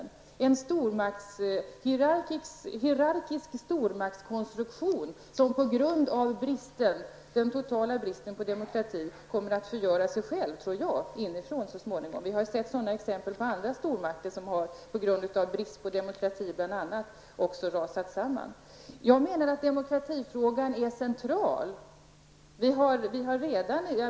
Det handlar således om en hierarkisk stormaktskonstruktion, som på grund av en total brist på demokrati så småningom kommer att förgöra sig själv innifrån. Det är vad jag tror. Det finns ju exempel i det sammanhanget. Jag tänker då på stormakter som bl.a. på grund av brist på demokrati har rasat samman. Jag menar att demokratifrågan är en central fråga.